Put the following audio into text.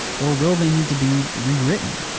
or will they need to be rewritten?